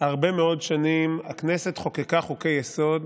הרבה מאוד שנים הכנסת חוקקה חוקי-יסוד